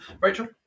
Rachel